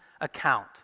account